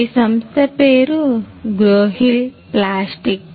ఈ సంస్థ పేరు గ్రోహిల్ ప్లాస్టిక్స్